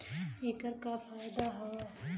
ऐकर का फायदा हव?